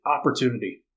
opportunity